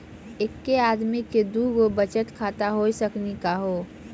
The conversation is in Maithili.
एके आदमी के दू गो बचत खाता हो सकनी का हो?